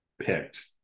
picked